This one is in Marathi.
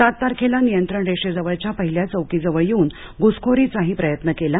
सात तारखेला नियंत्रण रेषेजवळच्या पहिल्या चौकीजवळ येऊन घुसखोरीचाही प्रयत्न केला